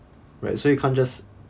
right so you can't just